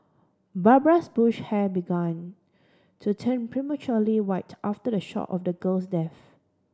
Barbara's Bush hair began to turn prematurely white after the shock of the girl's death